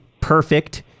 perfect